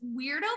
weirdo